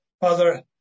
Father